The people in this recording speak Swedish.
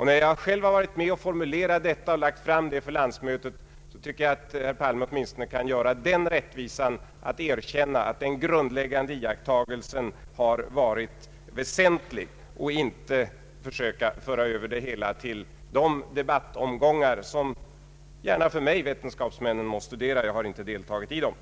När jag själv varit med om att formulera detta och lagt fram det för landsmötet, tycker jag att herr Palme åtminstone kan göra den rättvisan att erkänna att den grundläggande iakttagelsen har varit väsentlig i stället för att försöka föra över det hela till de debattomgångar som vetenskapsmännen gärna för mig må studera — jag har inte deltagit i dem.